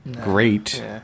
great